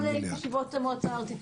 גם לישיבות המועצה הארצית,